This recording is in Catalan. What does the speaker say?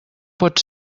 pot